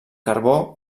carbó